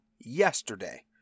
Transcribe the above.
yesterday